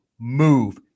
move